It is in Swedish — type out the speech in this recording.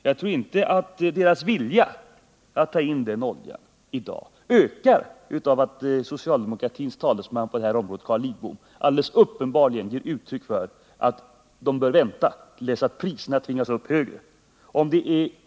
Jag tror inte att deras vilja att ta in den oljan i dag ökar av att socialdemokratins talesman på detta område, Carl Lidbom, alldeles uppenbarligen ger uttryck för uppfattningen att de bör vänta till dess priserna tvingas högre upp.